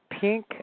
pink